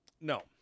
No